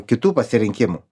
kitų pasirinkimų